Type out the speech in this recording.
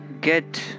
get